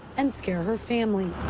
and scare her family.